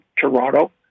Toronto